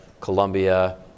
Colombia